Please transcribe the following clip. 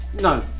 No